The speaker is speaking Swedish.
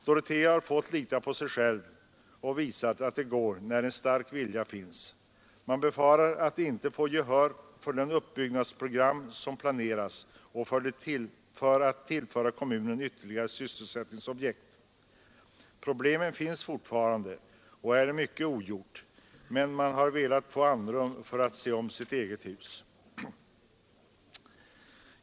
Dorotea har fått lita till sig själv och har visat att det går när en stark vilja finns. Man befarar nu att inte få gehör för det uppbyggnadsprogram som planeras för att tillföra kommunen ytterligare sysselsättningsobjekt. Problemen finns fortfarande och mycket är ogjort, och nu hade man velat få andrum för att se om sitt eget hus.